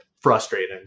frustrating